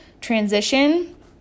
transition